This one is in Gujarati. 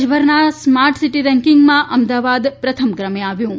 દેશભરના સ્માર્ટ સીટી રેન્કિંગમાં અમદાવાદ પ્રથમ ક્રમે આવ્યું છે